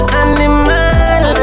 animal